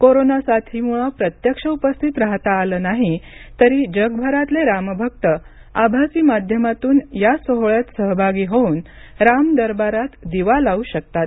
corona साथीमुळे प्रत्यक्ष उपस्थित राहता आलं नाही तरी जगभरातले रामभक्त आभासी माध्यमातून या सोहोळ्यात सहभागी होऊन राम दरबारात दिवा लावू शकतात